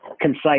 concise